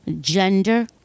gender